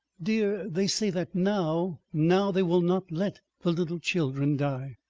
dear, they say that now now they will not let the little children die.